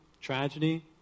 tragedy